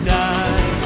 die